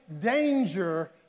danger